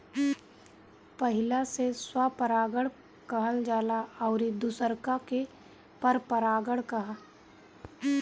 पहिला से स्वपरागण कहल जाला अउरी दुसरका के परपरागण